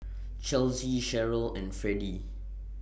Chelsie Sherryl and Fredie